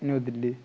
New Delhi